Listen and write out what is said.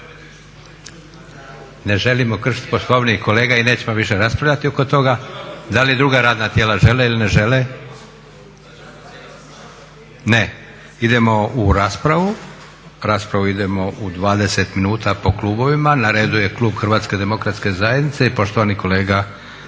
Ne želimo kršiti Poslovnik kolega i nećemo više raspravljati oko toga. Da li druga radna tijela žele ili ne žele? Ne. Idemo u raspravu. U raspravu idemo u 20 minuta po klubovima. Na redu je klub Hrvatske demokratske zajednice i poštovani kolega